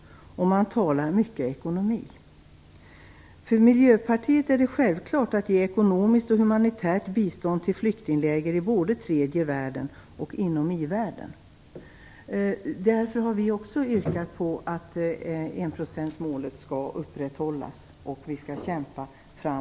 Man talar mycket om ekonomi. För Miljöpartiet är det självklart att ge ekonomiskt och humanitärt bistånd till flyktingläger i både tredje världen och inom i-världen. Därför har vi också yrkat på att enprocentsmålet skall upprätthållas, och vi skall kämpa för det.